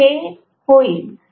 तर हे होईल